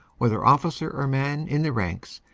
whether officer or man in the ranks,